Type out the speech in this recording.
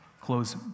close